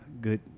Good